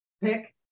pick